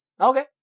Okay